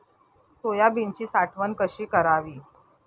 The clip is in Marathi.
सोयाबीनची साठवण कशी करावी?